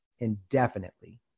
indefinitely